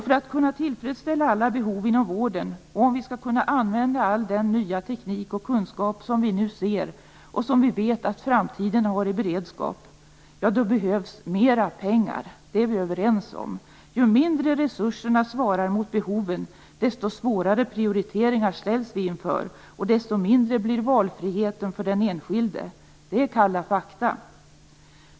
För att kunna tillfredsställa alla behov inom vården och om vi skall kunna använda all den nya teknik och kunskap som vi nu ser och som vi vet att framtiden har i beredskap behövs det mera pengar - det är vi överens om. Ju mindre resurserna svarar mot behoven, desto svårare prioriteringar ställs vi inför och desto mindre blir valfriheten för den enskilde. Det är kalla fakta.